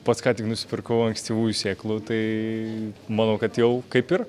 pats ką tik nusipirkau ankstyvųjų sėklų tai manau kad jau kaip ir